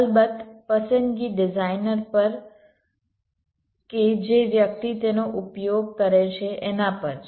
અલબત્ત પસંદગી ડિઝાઇનર પર કે જે વ્યક્તિ તેનો ઉપયોગ કરે છે એના પર છે